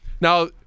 Now